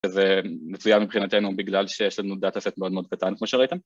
זה מצויין מבחינתנו בגלל שיש לנו data set מאוד מאוד קטן כמו שראיתם